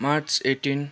March eighteen